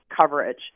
coverage